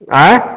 अएँ